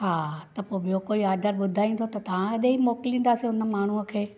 हा त पोइ ॿियो कोई ऑर्डर ॿुधाईंदो त तव्हां ॾे ई मोकिलीदासीं हुन माण्हूअ खे